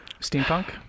Steampunk